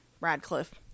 Radcliffe